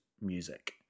music